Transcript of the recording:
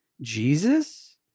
Jesus